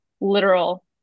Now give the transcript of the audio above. literal